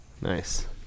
Nice